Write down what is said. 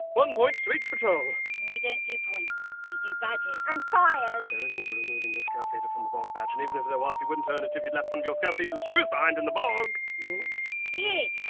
one point to each patrol. we don't do points, we do badges. and fires. there isn't a removing your scout leader from a bog badge. and even if there was, you wouldn't earn it if you'd left one of your scout leader's shoes behind in the bog! whoops. here.